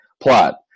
Plot